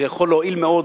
זה יכול להועיל מאוד,